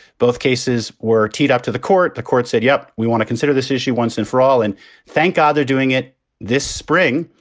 both cases were teed up to the court. the court said, yep, we want to consider this issue once and for all. and thank god they're doing it this spring,